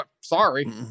sorry